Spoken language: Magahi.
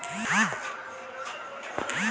क्रिप्टो करेंसी के नियंत्रण लगी सरकार नियम बनावित हइ